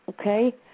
Okay